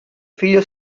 figlio